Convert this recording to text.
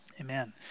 Amen